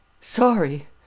Sorry